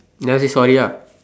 you never say sorry ah